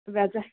व्याजा